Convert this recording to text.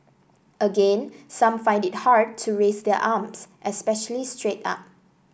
again some find it hard to raise their arms especially straight up